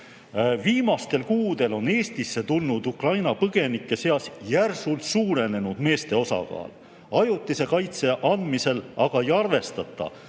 Viimastel kuudel on Eestisse tulnud Ukraina põgenike seas järsult suurenenud meeste osakaal. Ajutise kaitse andmisel aga ei arvestata,